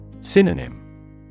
Synonym